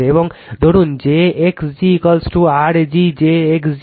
এবং এই ধরুন j x gR g j x g